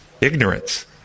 ignorance